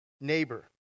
neighbor